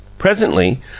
Presently